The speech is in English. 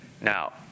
Now